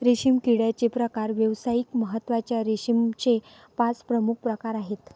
रेशीम किड्याचे प्रकार व्यावसायिक महत्त्वाच्या रेशीमचे पाच प्रमुख प्रकार आहेत